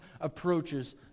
approaches